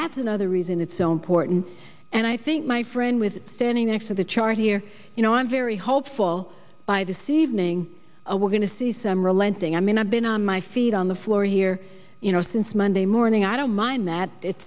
that's another reason it's so important and i think my friend with standing next to the chart here you know i'm very hopeful by this evening a we're going to see some relenting i mean i've been on my feet on the floor here you know since monday morning i don't mind that it